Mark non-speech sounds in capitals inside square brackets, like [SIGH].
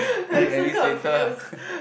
then you enlist later ah [LAUGHS]